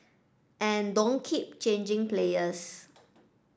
and don't keep changing players